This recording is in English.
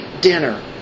dinner